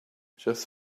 just